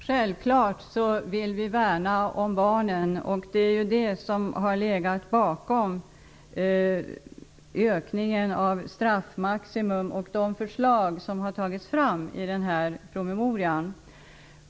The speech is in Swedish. Fru talman! Självfallet vill vi värna om barnen. Det är det som har legat bakom ökningen av straffmaximum och de förslag som har tagits fram i den här promemorian.